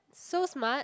so smart